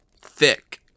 Thick